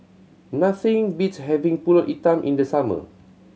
nothing beats having Pulut Hitam in the summer